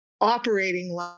operating